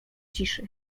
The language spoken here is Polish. ciszy